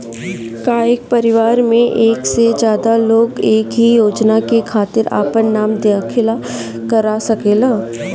का एक परिवार में एक से ज्यादा लोग एक ही योजना के खातिर आपन नाम दाखिल करा सकेला?